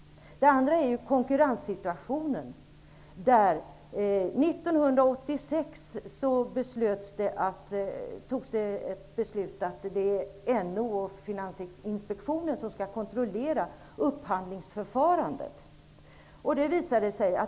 Det andra är konkurrenssituationen. 1986 fattades ett beslut att NO och Finansinspektionen skall kontrollera upphandlingsförfarandet.